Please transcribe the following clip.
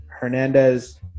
Hernandez